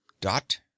dot